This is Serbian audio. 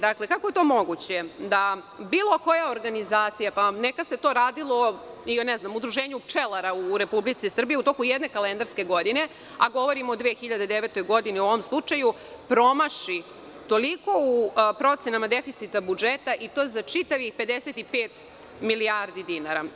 Dakle, kako je to moguće da bilo koja organizacija, pa neka se to radilo i o ne znam Udruženju pčelara u Republici Srbiji u toku jedne kalendarske godine, a govorim o 2009. godini u ovom slučaju promaši toliko u procenama deficita budžeta i to za čitavih 55 milijardi dinara.